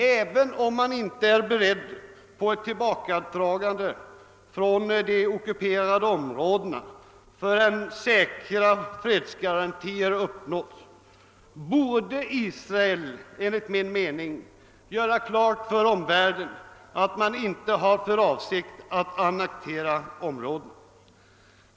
även om man inte är beredd på ett tilibakadragande från de ockuperade områdena förrän säkra fredsgarantier ställts, borde Israel enligt min mening göra klart för omvärlden att man inte har för avsikt att annektera dessa områden.